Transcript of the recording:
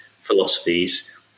philosophies